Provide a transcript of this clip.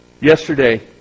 Yesterday